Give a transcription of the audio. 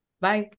Bye